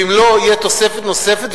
ואם לא, תהיה תוספת נוספת.